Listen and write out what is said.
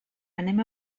anem